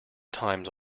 times